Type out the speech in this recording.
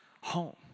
home